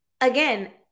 again